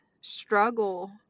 struggle